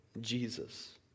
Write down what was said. Jesus